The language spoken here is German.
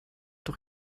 doch